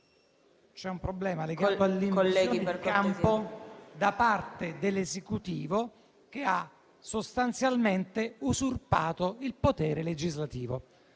c'è un problema legato all'invasione di campo da parte dell'Esecutivo, che ha sostanzialmente usurpato il potere legislativo.